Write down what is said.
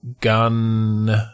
gun